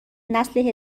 نسل